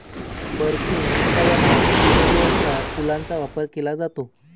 perfume उत्पादनात प्लुमेरियाच्या फुलांचा वापर केला जातो